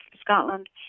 Scotland